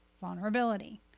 vulnerability